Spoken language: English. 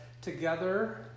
together